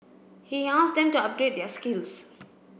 he asked them to upgrade their skills